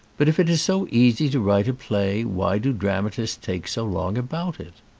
but if it is so easy to write a play why do dramatists take so long about it?